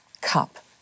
cup